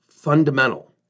fundamental